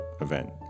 event